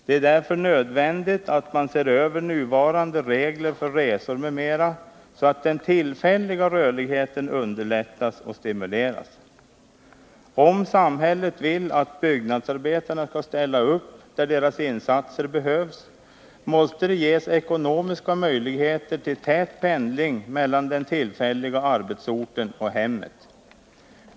Det är därför nödvändigt att man ser över nuvarande regler för resor m.m. så att den tillfälliga rörligheten underlättas och stimuleras. Om samhället vill att byggnadsarbetarna skall ställa upp där deras insatser behövs, måste det ges ekonomiska möjligheter till tät pendling mellan den tillfälliga arbetsorten och hemmet.